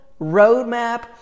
roadmap